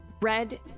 red